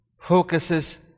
focuses